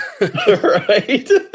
Right